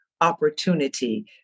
opportunity